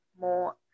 more